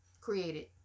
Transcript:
created